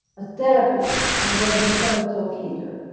a therapist, i'm going to become a thought leader.